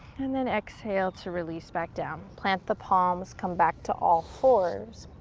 and then exhale to release back down. plant the palms, come back to all fours.